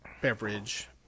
beverage